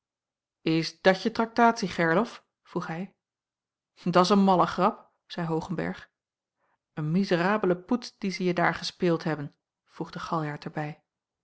is dat je traktatie gerlof vroeg hij dat's een malle grap zeî hoogenberg een mizerable poets die ze je daar gespeeld hebben voegde galjart er